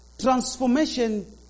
transformation